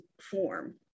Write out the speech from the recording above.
form